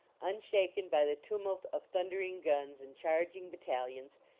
un shaken by the tumult of thundering guns and charging battalions,